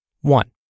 One